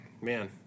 man